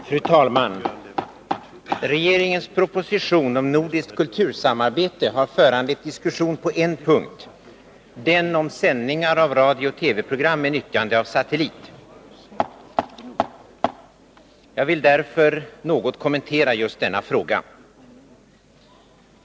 Fru talman! Regeringens proposition om nordiskt kultursamarbete har föranlett diskussion på en punkt: den om sändningar av radiooch TV-program med nyttjande av satellit. Jag vill därför något kommentera just denna fråga.